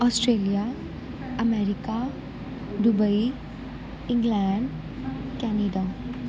Australia America Dubai England Canada